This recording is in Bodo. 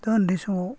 दा ओनदै समाव